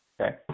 Okay